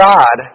God